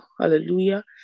Hallelujah